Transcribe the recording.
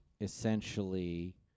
essentially